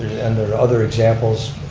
and there are other examples,